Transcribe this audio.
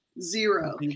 Zero